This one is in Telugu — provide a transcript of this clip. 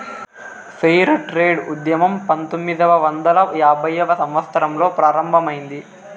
ఫెయిర్ ట్రేడ్ ఉద్యమం పంతొమ్మిదవ వందల యాభైవ సంవత్సరంలో ప్రారంభమైంది